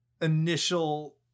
initial